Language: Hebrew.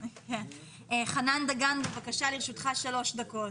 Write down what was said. חנן דגן, לרשותך שלוש דקות.